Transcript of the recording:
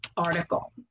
article